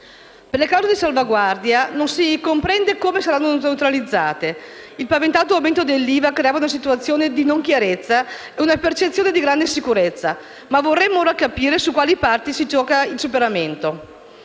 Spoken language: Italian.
le clausole di salvaguardia, non si comprende come saranno neutralizzate. Il paventato aumento dell'IVA creava una situazione di non chiarezza e una percezione di grande insicurezza. Vorremmo ora capire su quali partite si gioca il superamento.